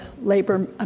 labor